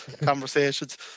conversations